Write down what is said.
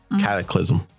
cataclysm